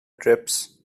trips